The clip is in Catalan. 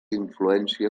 influència